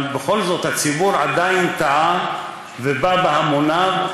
אבל בכל זאת, הציבור עדיין טעה ובא בהמוניו,